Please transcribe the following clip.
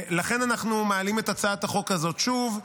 לכן אנחנו מעלים את הצעת החוק הזאת שוב,